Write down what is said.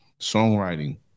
songwriting